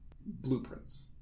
blueprints